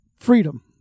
Freedom